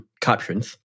captions